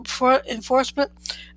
enforcement